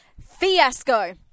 fiasco